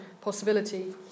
possibility